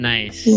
Nice